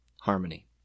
harmony